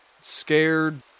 scared